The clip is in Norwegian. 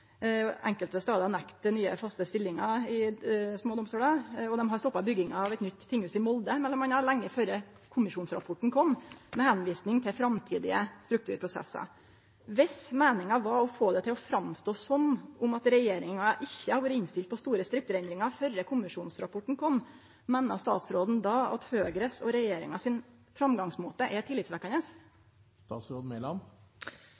nye, faste stillingar. Og dei har m.a. stoppa bygginga av eit nytt tinghus i Molde, lenge før kommisjonsrapporten kom, med å vise til framtidige strukturprosessar. Viss meininga var å få det til å framstå som at regjeringa ikkje har vore innstilt på store strukturendringar før kommisjonsrapporten kom, meiner statsråden då at framgangsmåten til Høgre og regjeringa er tillitsvekkjande? Jeg hører Senterpartiet fortelle hva som er